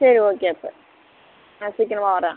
சரி ஓகே அப்போ நான் சீக்கிரமாக வரேன்